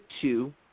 two